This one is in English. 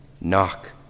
knock